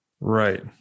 Right